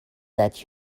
that